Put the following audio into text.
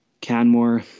Canmore